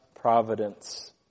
providence